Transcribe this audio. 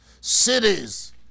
cities